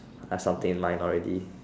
I have something in mind already